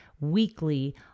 weekly